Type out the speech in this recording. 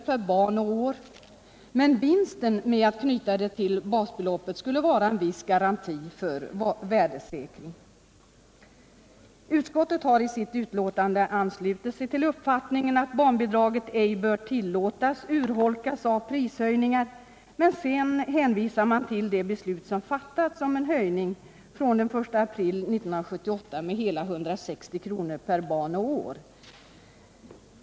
per barn och år, men vinsten med att knyta det till basbeloppet skulle vara en viss garanti för värdesäkring. Utskottet har i sitt betänkande anslutit sig till uppfattningen att man inte bör tillåta att barnbidraget urholkas av prishöjningar, men sedan hänvisar utskottet till det beslut som fattats om en höjning från den 1 april 1978 med hela 160 kr. per barn och år.